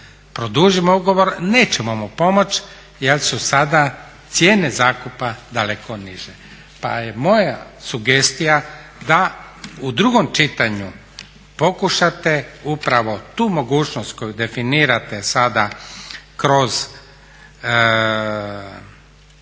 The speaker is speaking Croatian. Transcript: produžimo ugovor nećemo mu pomoći jer su sada cijene zakupa daleko niže. Pa je moja sugestija da u drugom čitanju pokušate upravo tu mogućnost koju definirate sada kroz